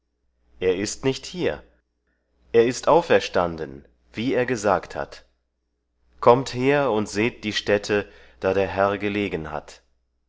er ist nicht hier er ist auferstanden wie er gesagt hat kommt her und seht die stätte da der herr gelegen hat